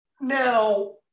now